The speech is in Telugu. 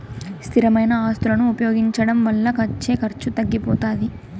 స్థిరమైన ఆస్తులను ఉపయోగించడం వల్ల వచ్చే ఖర్చు తగ్గిపోతాది